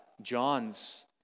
John's